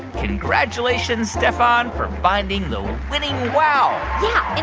congratulations, stefan, for finding the winning wow yeah.